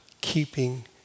keeping